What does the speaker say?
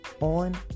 on